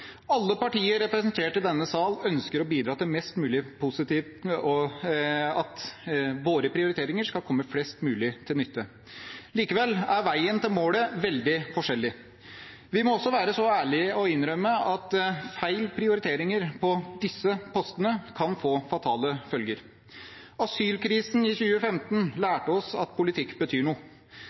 Alle partier representert i denne sal ønsker å bidra mest mulig positivt og til at våre prioriteringer skal komme flest mulig til nytte. Likevel er veien til målet veldig forskjellig. Vi må være så ærlige å innrømme at feil prioriteringer på disse postene kan få fatale følger. Asylkrisen i 2015 lærte oss at politikk betyr noe.